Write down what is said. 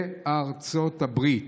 בארצות הברית.